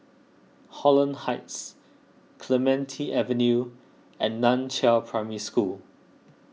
Holland Heights Clementi Avenue and Nan Chiau Primary School